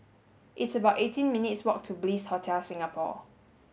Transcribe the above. it's about eighteen minutes' walk to Bliss Hotel Singapore